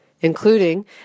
including